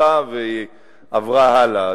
התפכחה ועברה הלאה.